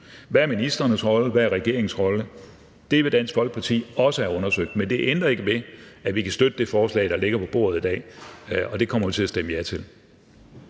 Hvad er ministrenes rolle, hvad er regeringens rolle? Det vil Dansk Folkeparti også have undersøgt. Men det ændrer ikke ved, at vi kan støtte det forslag, der ligger på bordet i dag, og det kommer vi til at stemme ja til.